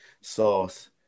Sauce